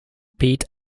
pete